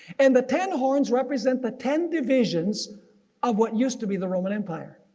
and the ten horns represent the ten divisions of what used to be the roman empire.